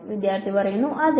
വിദ്യാർത്ഥി അതെ